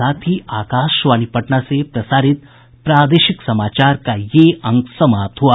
इसके साथ ही आकाशवाणी पटना से प्रसारित प्रादेशिक समाचार का ये अंक समाप्त हुआ